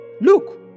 Look